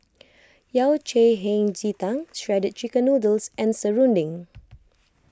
Yao Cai Hei Ji Tang Shredded Chicken Noodles and Serunding